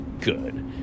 good